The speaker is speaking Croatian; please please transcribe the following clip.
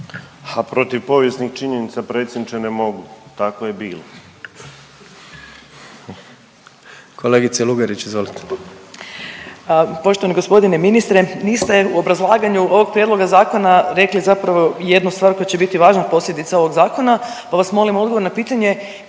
Ha protiv povijesnih činjenica, predsjedniče, ne mogu, tako je bilo. **Jandroković, Gordan (HDZ)** Kolegice Lugarić, izvolite. **Lugarić, Marija (SDP)** Poštovani g. ministre, niste u obrazlaganju ovog prijedloga zakona rekli zapravo jednu stvar koja će biti važna posljedica ovog Zakona pa vas molim odgovor na pitanje